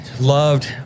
loved